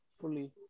fully